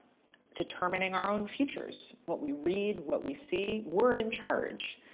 determining our own futures what we read, what we see, we're in charge.